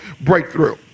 breakthrough